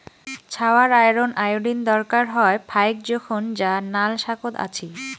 ছাওয়ার iron, iodine দরকার হয় ফাইক জোখন যা নাল শাকত আছি